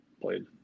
played